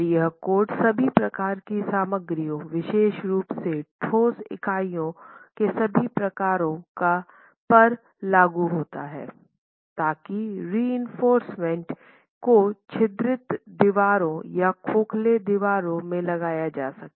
और यह कोड सभी प्रकार की सामग्रियों विशेष रूप से ठोस इकाइयों के सभी प्रकारों पर लागू होता है ताकिरिइंफोर्समेन्ट को छिद्रित दीवारों या खोखले दीवारों में लगाया जा सके